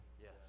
Yes